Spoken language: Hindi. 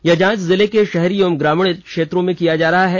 यह जांच जिले के शहरी एवं ग्रामीण क्षेत्रों में किया जा रहा है